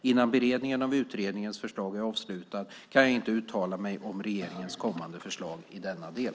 Innan beredningen av utredningens förslag är avslutad kan jag inte uttala mig om regeringens kommande förslag i denna del.